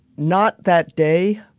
not that day.